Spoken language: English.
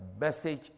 message